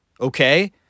Okay